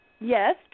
yes